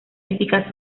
típicas